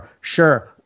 Sure